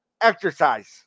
exercise